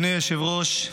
אדוני היושב-ראש,